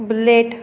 bullet